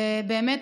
ובאמת,